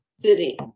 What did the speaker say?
city